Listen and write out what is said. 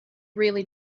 really